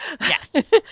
yes